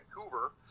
Vancouver